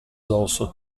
also